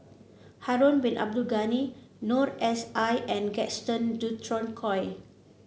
Harun Bin Abdul Ghani Noor S I and Gaston Dutronquoy